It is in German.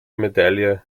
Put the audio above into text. medaille